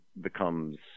becomes